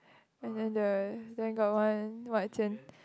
and then the then got one what Jian